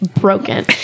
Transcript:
broken